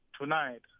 tonight